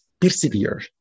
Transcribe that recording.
Persevere